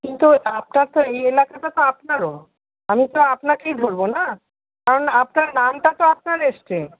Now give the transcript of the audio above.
কিন্তু আপনার তো এই এলাকাটা তো আপনারও আমি তো আপনাকেই ধরবো না কারণ আপনার নামটা তো আপনার এসছে